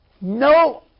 no